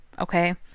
okay